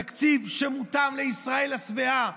זה תקציב שמותאם לישראל השבעה,